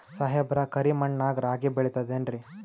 ಸಾಹೇಬ್ರ, ಕರಿ ಮಣ್ ನಾಗ ರಾಗಿ ಬೆಳಿತದೇನ್ರಿ?